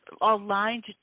aligned